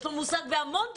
יש לו מושג בהמון דברים,